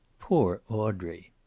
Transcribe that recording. poor audrey!